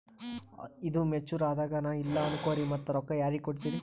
ಈದು ಮೆಚುರ್ ಅದಾಗ ನಾ ಇಲ್ಲ ಅನಕೊರಿ ಮತ್ತ ರೊಕ್ಕ ಯಾರಿಗ ಕೊಡತಿರಿ?